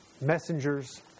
messengers